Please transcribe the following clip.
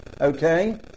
okay